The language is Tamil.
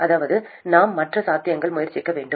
எனவே நாம் மற்ற சாத்தியங்களை முயற்சிக்க வேண்டும்